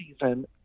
season